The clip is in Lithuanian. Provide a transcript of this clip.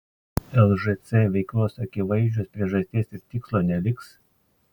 o kai įstatymai bus parengti lžc veiklos akivaizdžios priežasties ir tikslo neliks